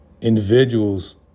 individuals